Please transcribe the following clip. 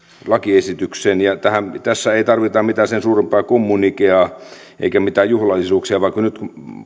lakiesitykseen ja tässä ei tarvita mitään sen suurempaa kommunikeaa eikä mitään juhlallisuuksia vaan kun nyt